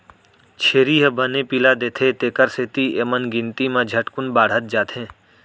छेरी ह बने पिला देथे तेकर सेती एमन गिनती म झटकुन बाढ़त जाथें